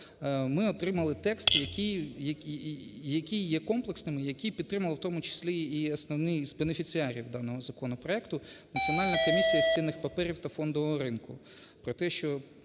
ми отримали текст, який є комплексним, який підтримували в тому числі і основний з бенефіціарів даного законопроекту Національна комісія з цінних паперів та фондового ринку